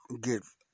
give